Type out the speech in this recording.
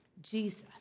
Jesus